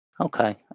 Okay